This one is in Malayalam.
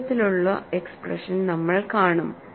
അത്തരത്തിലുള്ള എക്സ്പ്രഷൻ നമ്മൾ കാണും